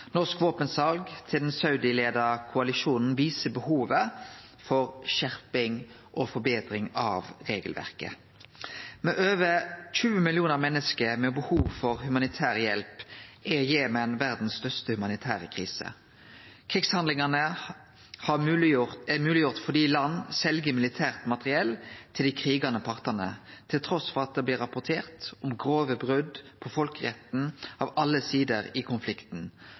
Norsk våpensal til koalisjonen som er leia av Saudi-Arabia, viser behovet for skjerping og forbetring av regelverket. Med over 20 millionar menneske med behov for humanitær hjelp er Jemen i verdas største humanitære krise. Krigshandlingane er mogleggjort fordi land sel militært materiell til dei krigande partane, til tross for at det blir rapportert om grove brot på folkeretten av alle sider i konflikten